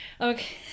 Okay